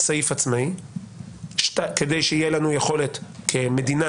סעיף עצמאי כדי שתהיה לנו יכולת כמדינה